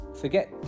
forget